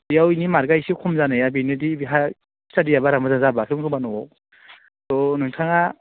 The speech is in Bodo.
बेयाव बिनि मार्कआ एसे खम जानाया बेनोदि बिहा स्टाडिया बारा मोजां जाबोआखै खोमा न'आव थ' नोंथाङा